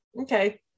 okay